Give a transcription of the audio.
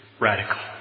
radical